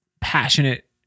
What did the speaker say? passionate